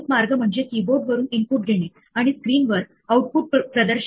पुढे जाताना आपण डिस्कवरील फाईल कशा वाचायच्या आणि लिहायच्या हे बघणार आहोत